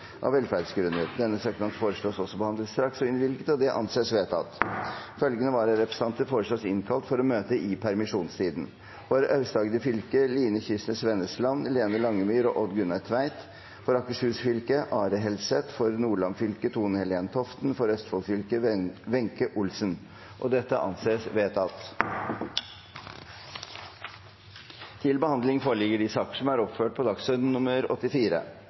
av velferdsgrunner. Etter forslag fra presidenten ble enstemmig besluttet: Søknaden behandles straks og innvilges. Følgende vararepresentanter innkalles for å møte i permisjonstiden: For Aust-Agder fylke: Line Kysnes Vennesland , Lene Langemyr og Odd Gunnar Tveit For Akershus fylke: Are Helseth For Nordland fylke: Tone-Helen Toften For Østfold fylke: Wenche Olsen